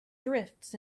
drifts